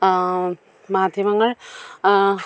മാധ്യമങ്ങൾ